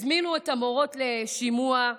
הזמינו את המורות לשימוע.